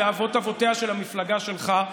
ואבות-אבותיה של המפלגה שלך,